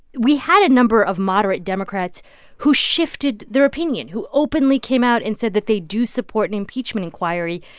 we had a number of moderate democrats who shifted their opinion, who openly came out and said that they do support an impeachment inquiry.